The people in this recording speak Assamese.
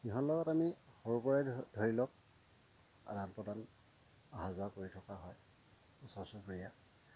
সিহঁতৰ লগত আমি সৰুৰপৰাই ধৰি লওক আদান প্ৰদান অহা যোৱা কৰি থকা হয় ওচৰ চুবুৰীয়া